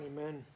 Amen